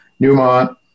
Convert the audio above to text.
Newmont